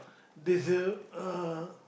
there's a uh